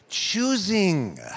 Choosing